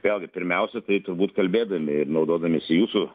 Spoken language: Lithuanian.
vėlgi pirmiausia tai turbūt kalbėdami ir naudodamiesi jūsų